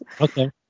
Okay